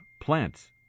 plants